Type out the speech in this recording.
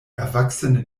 erwachsene